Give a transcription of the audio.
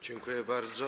Dziękuję bardzo.